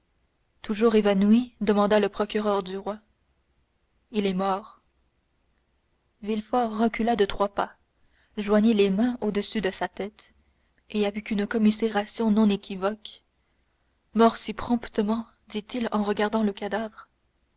toujours évanoui demanda le procureur du roi il est mort villefort recula de trois pas joignit les mains au-dessus de sa tête et avec une commisération non équivoque mort si promptement dit-il en regardant le cadavre